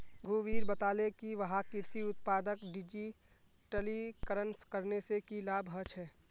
रघुवीर बताले कि वहाक कृषि उत्पादक डिजिटलीकरण करने से की लाभ ह छे